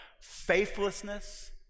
faithlessness